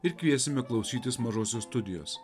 ir kviesime klausytis mažosios studijos